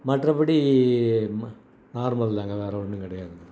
மற்றபடி நார்மல் தான்ங்க வேறு ஒன்றும் கிடையாதுங்க